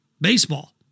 baseball